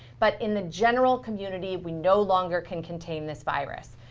but in the general community, we no longer can contain this virus.